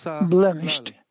blemished